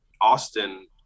Austin